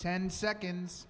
ten seconds